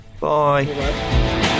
bye